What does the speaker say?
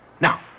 Now